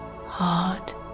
heart